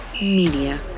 Media